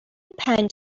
پنج